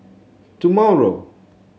tomorrow